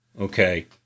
Okay